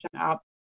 up